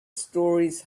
stories